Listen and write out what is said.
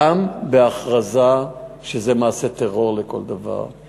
גם בהכרזה שזה מעשה טרור לכל דבר.